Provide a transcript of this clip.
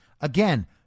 Again